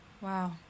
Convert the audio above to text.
Wow